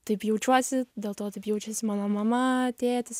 taip jaučiuosi dėl to taip jaučiasi mano mama tėtis